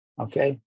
Okay